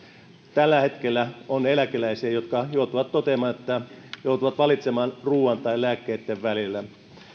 tällä hetkellä on eläkeläisiä jotka joutuvat toteamaan että joutuvat valitsemaan ruoan ja lääkkeitten välillä